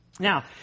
Now